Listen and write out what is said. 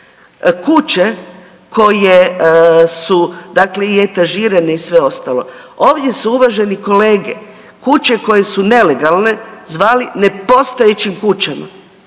kuće koje su i etažirane i sve ostalo, ovdje su uvaženi kolege kuće koje su nelegalne zvali nepostojećim kućama.